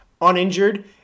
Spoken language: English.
uninjured